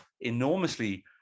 enormously